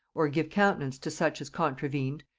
or give countenance to such as contravened,